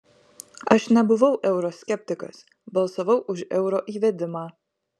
aš nebuvau euro skeptikas balsavau už euro įvedimą